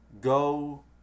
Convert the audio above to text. go